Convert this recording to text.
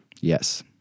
Yes